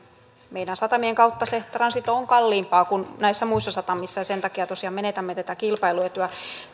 meidän satamiemme kautta se transito on kalliimpaa kuin näissä muissa satamissa ja sen takia tosiaan menetämme tätä kilpailuetua